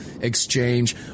exchange